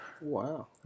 Wow